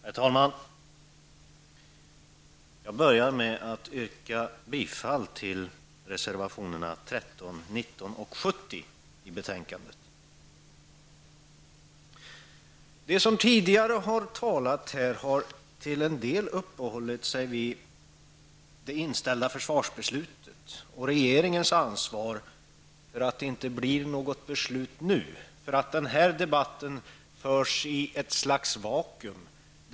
Herr talman! Jag börjar med att yrka bifall till reservationerna 13, 19 och 70 i betänkandet. De som tidigare har talat här har till en del uppehållit sig vid det inställda försvarsbeslutet och regeringens ansvar för att det inte blir något beslut nu och för att denna debatt förs i ett slags vakuum.